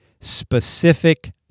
specific